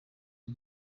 rya